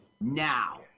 now